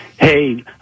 Hey